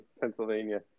Pennsylvania